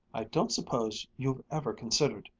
i don't suppose you've ever considered,